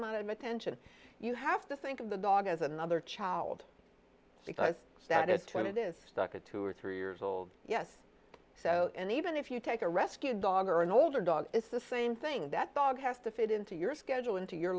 amount of attention you have to think of the dog as another child because that it time it is stuck at two or three years old yes so and even if you take a rescue dog or an older dog it's the same thing that dog has to fit into your schedule into your